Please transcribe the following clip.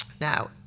Now